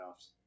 playoffs